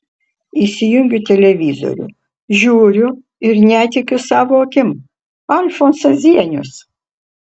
įsijungiu televizorių žiūriu ir netikiu savo akim alfonsas zienius